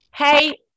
Hey